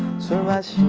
so much